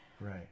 right